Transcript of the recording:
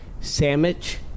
Sandwich